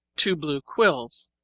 two blue quills.